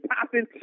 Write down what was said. popping